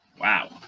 Wow